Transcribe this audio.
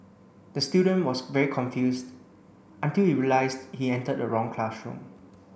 the student was very confused until he realised he entered the wrong classroom